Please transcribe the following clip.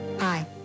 hi